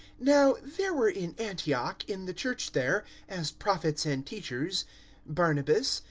now there were in antioch, in the church there as prophets and teachers barnabas,